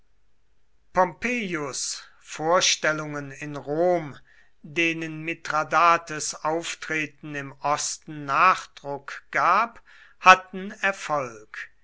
pompeius vorstellungen in rom denen mithradates auftreten im osten nachdruck gab hatten erfolg